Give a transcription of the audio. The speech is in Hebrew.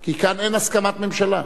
כי כאן אין הסכמת ממשלה.